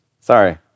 Sorry